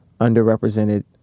underrepresented